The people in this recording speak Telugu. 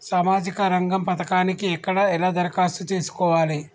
సామాజిక రంగం పథకానికి ఎక్కడ ఎలా దరఖాస్తు చేసుకోవాలి?